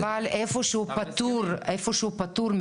כן, אבל איפה שהוא פטור מתשלום,